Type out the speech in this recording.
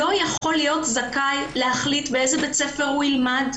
לא יכול להיות זכאי להחליט באיזה בית ספר הוא ילמד,